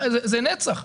זה נצח.